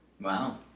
Wow